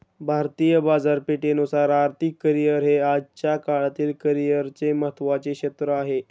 भारतीय बाजारपेठेनुसार आर्थिक करिअर हे आजच्या काळातील करिअरचे महत्त्वाचे क्षेत्र आहे